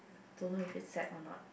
don't know is it sad or not